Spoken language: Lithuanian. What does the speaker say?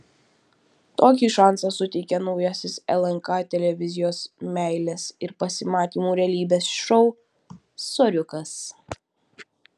tokį šansą suteikia naujasis lnk televizijos meilės ir pasimatymų realybės šou soriukas